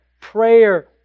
prayer